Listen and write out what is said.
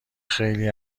خیلی